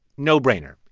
no brainer.